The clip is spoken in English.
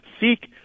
seek